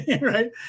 right